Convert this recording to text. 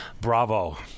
bravo